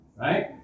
Right